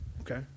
okay